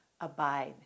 abide